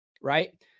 right